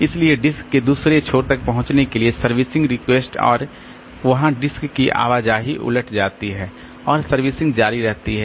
इसलिए डिस्क के दूसरे छोर तक पहुंचने के लिए सर्विसिंग रिक्वेस्ट और वहां डिस्क की आवाजाही उलट जाती है और सर्विसिंग जारी रहती है